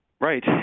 Right